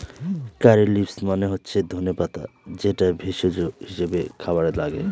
কারী leaves মানে হচ্ছে ধনে পাতা যেটা ভেষজ হিসাবে খাবারে লাগে